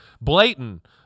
Blatant